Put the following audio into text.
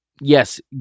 yes